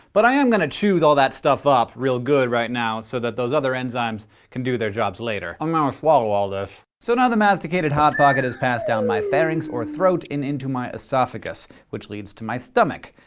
but i am gonna chew all that stuff up real good right now so that those other enzymes can do their jobs later. i'm gonna swallow all this. so now the masticated hot pocket has passed down my pharynx, or throat, and into my esophagus, which leads to my stomach.